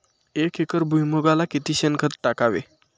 एक एकर भुईमुगाला किती शेणखत टाकावे?